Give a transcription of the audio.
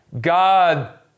God